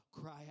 Cry